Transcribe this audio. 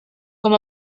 com